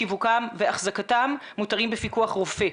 שיווקם ואחזקתם מותרים בפיקוח רופא.